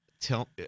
Tell